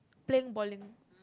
playing bowling